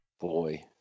Boy